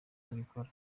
tubikora